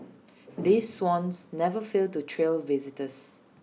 these swans never fail to thrill visitors